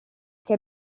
che